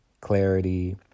clarity